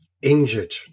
Injured